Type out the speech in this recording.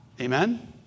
Amen